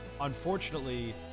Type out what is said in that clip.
Unfortunately